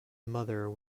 mother